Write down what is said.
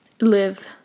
live